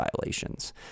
violations